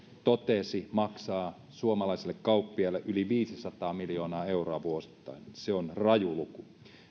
totesi maksaa suomalaiselle kauppiaalle yli viisisataa miljoonaa euroa vuosittain se on raju luku